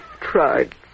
tried